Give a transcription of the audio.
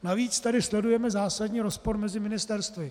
Navíc tady sledujeme zásadní rozpor mezi ministerstvy.